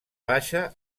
baixa